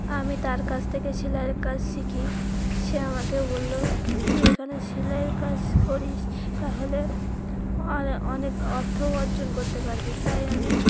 আমি তার কাছ থেকে সেলাইয়ের কাজ শিখি সে আমাকে বললো তুই এখানে সেলাইয়ের কাজ করিস তাহলে অরে অনেক অর্থ অর্জন করতে পারবি তাই আমি